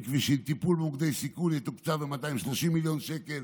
טיפול במוקדי סיכון יתוקצב ב-230 מיליון שקל